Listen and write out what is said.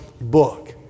book